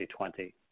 2020